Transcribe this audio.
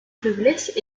faiblesses